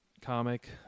comic